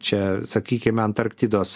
čia sakykime antarktidos